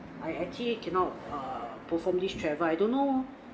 I actually cannot perform this travel I don't know